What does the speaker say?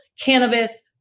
cannabis